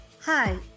Hi